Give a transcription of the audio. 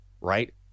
right